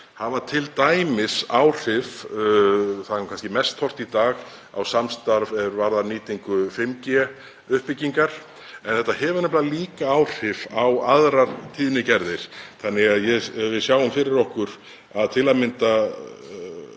hafa t.d. áhrif. Það er kannski mest horft í dag á samstarf er varðar nýtingu 5G uppbyggingar en þetta hefur nefnilega líka áhrif á aðrar tíðnigerðir þannig að við sjáum fyrir okkur að til að mynda